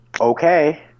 okay